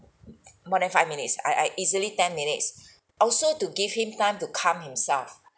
more than five minutes I I easily ten minutes also to give him time to calm himself